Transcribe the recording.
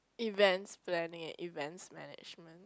events planning and events management